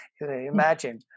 imagine